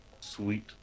Sweet